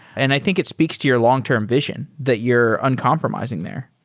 and i think it speaks to your long-term vision that you're uncompromising there.